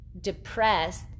depressed